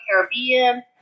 Caribbean